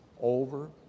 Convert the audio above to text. over